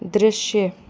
दृश्य